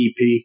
EP